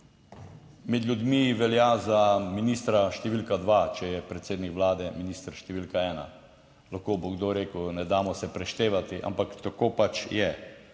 Med ljudmi velja za ministra številka dva, če je predsednik vlade minister številka ena. Lahko bo kdo rekel, ne damo se preštevati, ampak tako pač je.